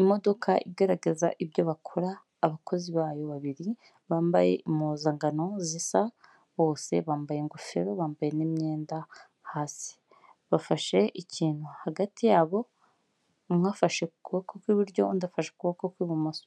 imodoka igaragaza ibyo bakora abakozi bayo babiri bambaye impuzangano zisa bose bambaye ingofero bambayemo n'imyenda hasi, bafashe ikintu hagati yabo umwe afashe ku kuboko kw'iburyo undi afashe ukuboko kw'ibumoso.